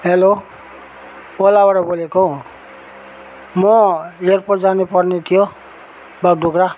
hello ओलाबाट बोलेको हो म एयरपोर्ट जानुपर्ने थियो बागडोग्रा